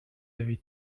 avez